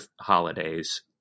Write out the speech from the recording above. holidays